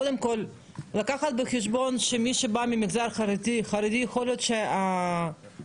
קודם כל לקחת בחשבון שמי שבא מהמגזר החרדי יכול להיות ש --- כן,